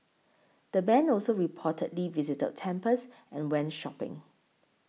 the band also reportedly visited temples and went shopping